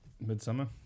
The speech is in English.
Midsummer